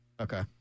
Okay